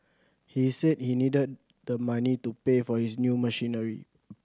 he said he needed the money to pay for his new machinery